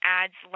adds